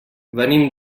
venim